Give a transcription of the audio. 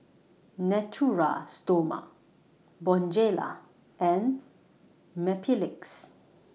Natura Stoma Bonjela and Mepilex